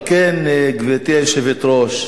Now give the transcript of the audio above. על כן, גברתי היושבת-ראש,